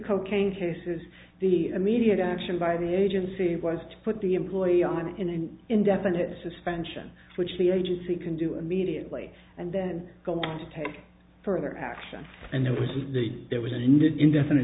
cocaine cases the immediate action by the agency was to put the employee on in an indefinite suspension which the agency can do immediately and then go on to take further action and there was the there was a new indefinite